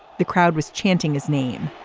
the crowd was chanting his name